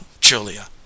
julia